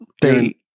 they-